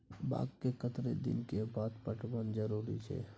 बाग के कतेक दिन के बाद पटवन जरूरी छै?